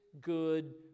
good